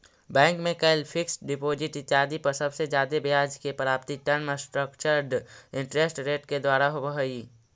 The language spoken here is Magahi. बैंक में कैल फिक्स्ड डिपॉजिट इत्यादि पर सबसे जादे ब्याज के प्राप्ति टर्म स्ट्रक्चर्ड इंटरेस्ट रेट के द्वारा होवऽ हई